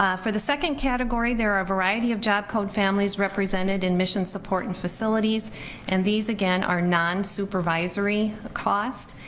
ah for the second category, there are a variety of job code families represented in mission support and facilities and these, again, are non-supervisory costs,